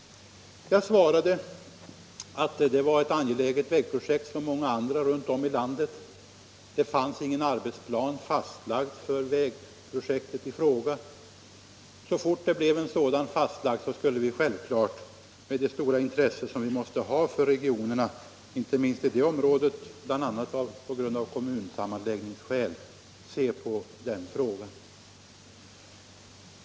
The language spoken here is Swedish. Jag svarade att det var ett angeläget vägprojekt — liksom många andra runt om i landet. Det fanns ingen arbetsplan fastlagd för vägprojektet i fråga, men så fort en sådan blev fastlagd skulle vi självfallet med det stora intresse som vi måste ha för regionerna — inte minst i det området, bl.a. av kommunsammanläggningsskäl — se på den frågan.